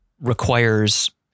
requires